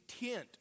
intent